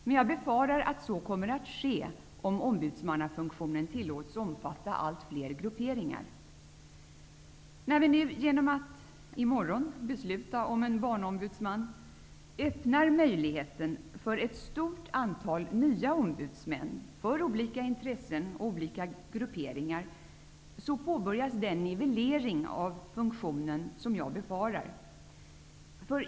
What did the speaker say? Men jag befarar att så kommer att ske om ombudsmannafunktionen tillåts omfatta allt flera grupperingar. När vi nu genom att i morgon besluta om en Barnombudsman öppnar möjligheten för ett stort antal nya ombudsmän för olika intressen och grupperingar, påbörjas den nivellering av funktionen som jag befarar.